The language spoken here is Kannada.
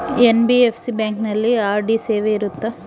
ಎನ್.ಬಿ.ಎಫ್.ಸಿ ಬ್ಯಾಂಕಿನಲ್ಲಿ ಆರ್.ಡಿ ಸೇವೆ ಇರುತ್ತಾ?